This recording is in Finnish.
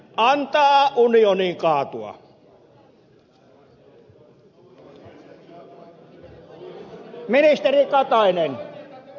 antaa unionin kaatua